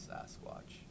Sasquatch